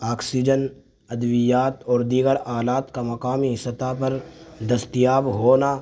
oxygen ادویات اور دیگر آلات کا مقامی سطح پر دستیاب ہونا